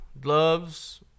gloves